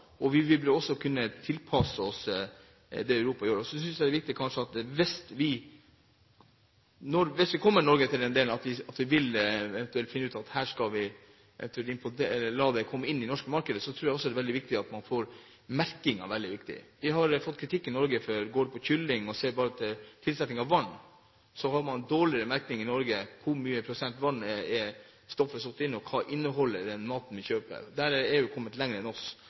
For vi må bare ta inn over oss at vi er en del av Europa, og vi vil også kunne tilpasse oss det Europa gjør. Hvis vi eventuelt finner ut at vi skal la dette komme inn i det norske markedet, tror jeg det er veldig viktig at vi får merking. Vi har fått kritikk i Norge for at vi har dårlig merking, f.eks. når det gjelder kylling. Og se bare på tilsetning av vann – hvor mange prosent vann er tilsatt? Hva inneholder den maten vi kjøper? Der har EU kommet lenger enn oss.